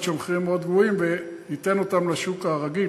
שהמחירים מאוד גבוהים וייתן אותן לשוק הרגיל,